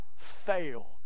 fail